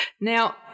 now